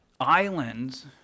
Islands